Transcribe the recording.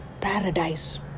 paradise